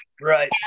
Right